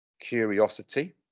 Curiosity